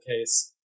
case